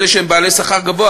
אלה שהם בעלי שכר גבוה,